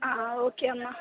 okay అమ్మ